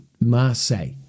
Marseille